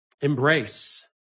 embrace